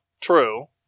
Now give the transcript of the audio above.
True